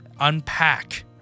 unpack